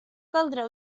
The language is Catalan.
caldrà